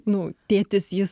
nu tėtis jis